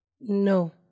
No